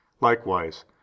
Likewise